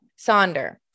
Sonder